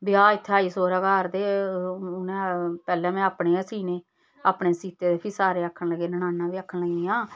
ब्याह् इत्थै आई सौह्रे घर ते उ'नें पैह्लें में अपने गै सीने अपने सीते ते फ्ही सारे मेरियां ननानां बी आक्खन लगियां